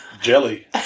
Jelly